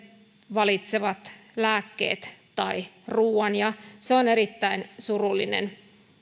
valitsevat lääkkeet tai ruuan ja se on erittäin surullinen